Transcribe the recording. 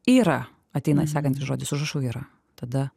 yra ateina sekantis žodis užrašau yra tada